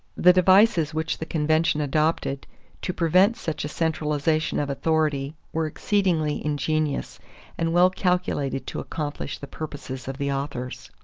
the devices which the convention adopted to prevent such a centralization of authority were exceedingly ingenious and well calculated to accomplish the purposes of the authors.